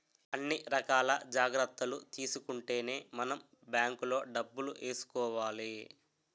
అన్ని రకాల జాగ్రత్తలు తీసుకుంటేనే మనం బాంకులో డబ్బులు ఏసుకోవాలి